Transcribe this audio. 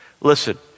Listen